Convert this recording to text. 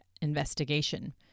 investigation